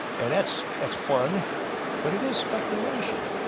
and that's that's fun but it is speculation.